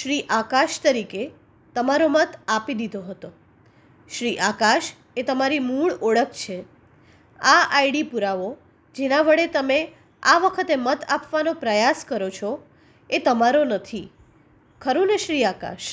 શ્રી આકાશ તરીકે તમારો મત આપી દીધો હતો શ્રી આકાશ એ તમારી મૂળ ઓળખ છે આ આઈડી પુરાવો જેના વડે તમે આ વખતે મત આપવાનો પ્રયાસ કરો છો એ તમારો નથી ખરુંને શ્રી આકાશ